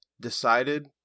decided